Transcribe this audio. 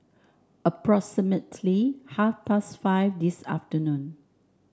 approximately half past five this afternoon